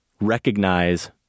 recognize